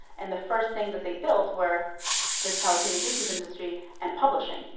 and the first thing that they built were the telecommunications industry and publishing,